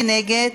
מי נגד?